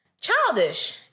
childish